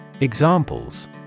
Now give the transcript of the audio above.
Examples